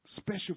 special